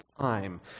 time